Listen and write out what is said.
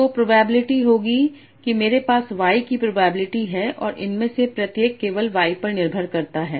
तो प्रोबेबिलिटी होगी कि मेरे पास y की प्रोबेबिलिटी है और इनमें से प्रत्येक केवल y पर निर्भर करता है